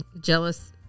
jealous